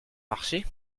marché